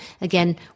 Again